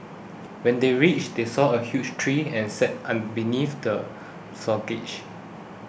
when they reached they saw a huge tree and sat beneath the